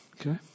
Okay